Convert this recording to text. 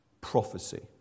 prophecy